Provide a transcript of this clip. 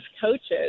coaches